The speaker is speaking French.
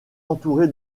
entouré